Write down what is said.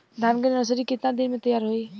धान के नर्सरी कितना दिन में तैयार होई?